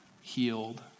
healed